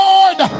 Lord